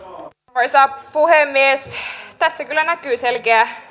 arvoisa puhemies tässä kyllä näkyy selkeä